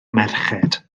merched